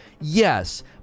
Yes